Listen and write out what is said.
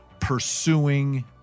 pursuing